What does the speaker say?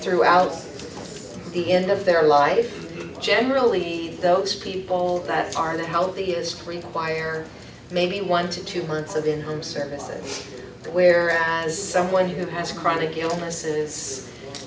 throughout the end of their life generally those people that are in the healthiest require maybe one to two months of in home services where as someone who has chronic illnesses